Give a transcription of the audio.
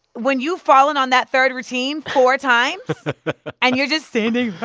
when you've fallen on that third routine four times and you're just standing